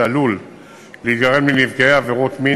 נועד למנוע נזק נפשי שעלול להיגרם לנפגעי עבירות מין